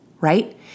right